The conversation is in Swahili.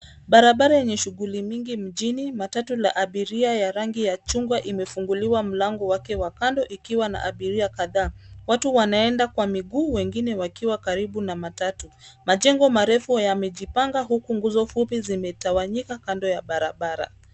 Barabara yenye shughuli mingi mjini, matatu la abiria ya rangi ya chungwa imefunguliwa mlango wake wa kando ikiwa na abiria kadhaa, watu wanaenda kwa miguu wengine wakiwa karibu na matatu, majengo marefu yamejipanga huku nguzo fupi zimetawanyika kando ya barabara.